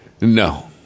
No